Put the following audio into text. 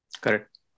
Correct